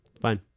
Fine